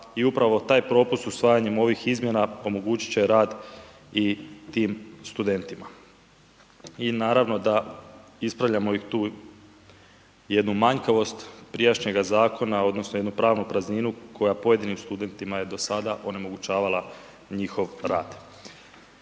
i upravo taj propust usvajanjem ovih izmjena omogućit će rad i tim studentima i naravno da ispravljamo tu jednu manjkavost prijašnjega zakona odnosno jednu pravnu prazninu koja je pojedinim studentima do sada onemogućavala njihov rad.